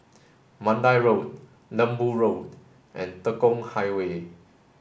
Mandai Road Lembu Road and Tekong Highway